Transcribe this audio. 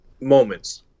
moments